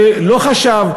שלא חשב,